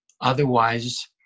Otherwise